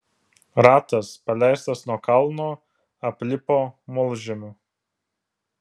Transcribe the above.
ratas paleistas nuo kalno aplipo molžemiu